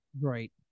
Right